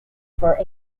for